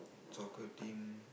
soccer team